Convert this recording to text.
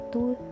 Two